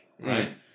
right